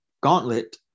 gauntlet